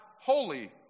holy